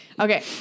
Okay